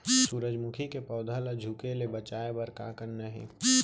सूरजमुखी के पौधा ला झुके ले बचाए बर का करना हे?